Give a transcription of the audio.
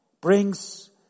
brings